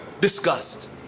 Disgust